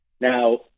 Now